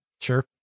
Sure